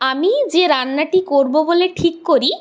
আমি যে রান্নাটি করব বলে ঠিক করি